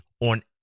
on